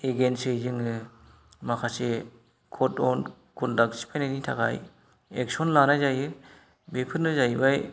एगेइन्सै जोङो माखासे code of conduct सिफायनायनि थाखाय एक्सन लानाय जायो बेफोरनो जाहैबाय